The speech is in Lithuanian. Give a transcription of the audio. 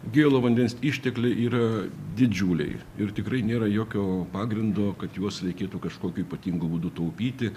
gėlo vandens ištekliai yra didžiuliai ir tikrai nėra jokio pagrindo kad juos reikėtų kažkokiu ypatingu būdu taupyti